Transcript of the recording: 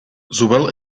zowel